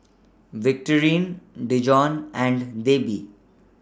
Victorine Dijon and Debi